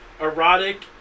Erotic